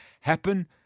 happen